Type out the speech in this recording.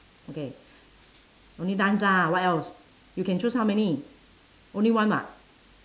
okay only dance lah what else you can choose how many only one [what]